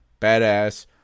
badass